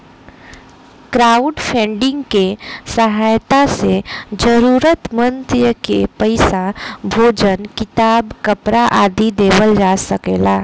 crowdfunding के सहायता से जरूरतमंद के पईसा, भोजन किताब, कपरा आदि देवल जा सकेला